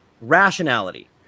rationality